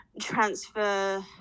transfer